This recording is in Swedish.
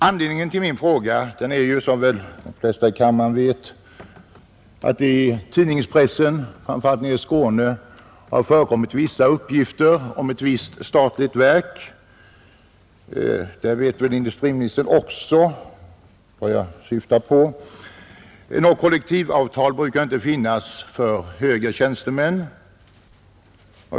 Anledningen till min fråga är, som väl de flesta av kammarens ledamöter vet, att det i tidningspressen, framför allt nere i Skåne, har förekommit vissa uppgifter om ett visst statligt verk. Industriministern vet väl också vad jag syftar på. Något kollektivavtal brukar ju inte finnas för högre tjänstemän.